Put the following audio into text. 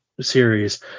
Series